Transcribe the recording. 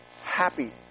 happy